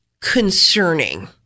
concerning